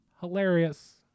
Hilarious